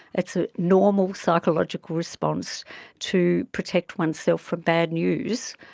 it's a normal psychological response to protect oneself from bad news,